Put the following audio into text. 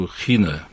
China